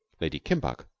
lady kimbuck,